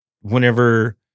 whenever